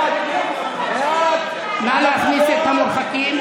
נא להכניס את המורחקים.